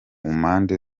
mpande